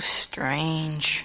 strange